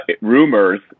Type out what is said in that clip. rumors